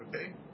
okay